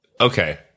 Okay